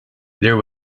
there